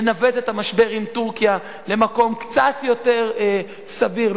לנווט את המשבר עם טורקיה למקום קצת יותר סביר,